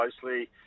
closely